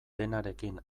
denarekin